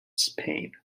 spain